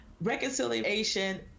reconciliation